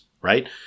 right